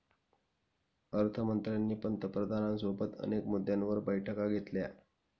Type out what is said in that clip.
अर्थ मंत्र्यांनी पंतप्रधानांसोबत अनेक मुद्द्यांवर बैठका घेतल्या